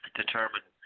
determine